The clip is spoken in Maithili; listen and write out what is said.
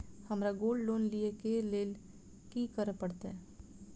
हमरा गोल्ड लोन लिय केँ लेल की करऽ पड़त?